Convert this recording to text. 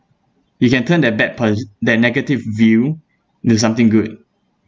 you can turn that bad pub~ that negative view into something good